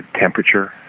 temperature